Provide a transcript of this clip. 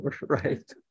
right